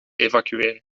evacueren